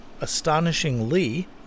astonishingly